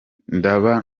ndaba